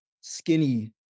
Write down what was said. skinny